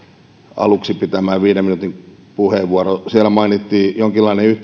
aluksi pitämään viiden minuutin puheenvuoroon siellä mainittiin jonkinlainen